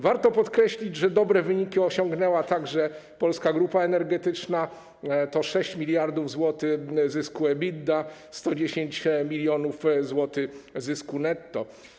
Warto podkreślić, że dobre wyniki osiągnęła także Polska Grupa Energetyczna - to 6 mld zł zysku EBITDA, 110 mln zł zysku netto.